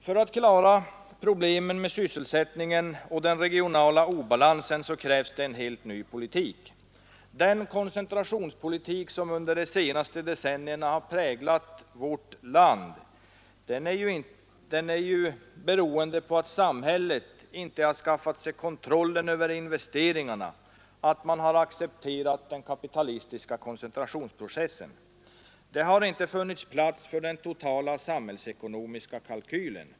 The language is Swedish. För att klara problemet med sysselsättningen och den regionala obalansen krävs det en helt ny politik. Den koncentrationspolitik som under de senaste decennierna har präglat vårt land beror på att samhället inte har skaffat sig kontrollen över investeringarna, att man har accepterat den kapitalistiska koncentrationsprocessen. Det har inte funnits plats för den totala samhällsekonomiska kalkylen.